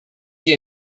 die